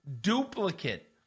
duplicate